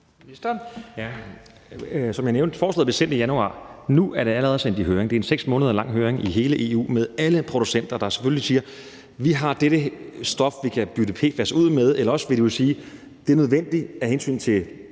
Som jeg nævnte, blev forslaget sendt i januar. Nu er det allerede sendt i høring, og det er en 6 måneder lang høring i hele EU med alle producenter, der selvfølgelig siger, at de har et eller andet stof, som de kan bytte PFAS ud med, eller også vil de jo sige, at det kan være nødvendigt af hensyn til